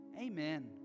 Amen